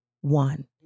one